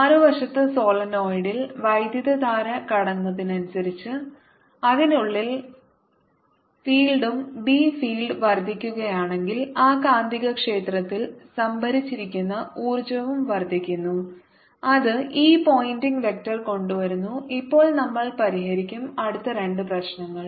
മറുവശത്ത് സോളിനോയിഡിൽ വൈദ്യുതധാര കൂടുന്നതിനനുസരിച്ച് അതിനുള്ളിലെ ഫീൽഡും ബി ഫീൽഡ് വർദ്ധിക്കുകയാണെങ്കിൽ ആ കാന്തികക്ഷേത്രത്തിൽ സംഭരിച്ചിരിക്കുന്ന ഊർജ്ജവും വർദ്ധിക്കുന്നു അത് ഈ പോയിന്റിംഗ് വെക്റ്റർ കൊണ്ടുവരുന്നു ഇപ്പോൾ നമ്മൾ പരിഹരിക്കും അടുത്ത രണ്ട് പ്രശ്നങ്ങൾ